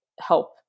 help